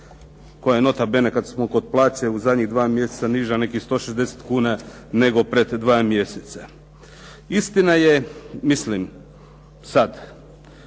koja je nota bene kad smo kod plaće u zadnjih dva mjeseca niža nekih 160 kuna nego pred dva mjeseca. Istina je, mislim sad